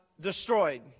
destroyed